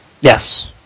Yes